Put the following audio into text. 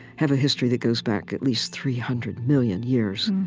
have a history that goes back at least three hundred million years